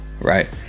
Right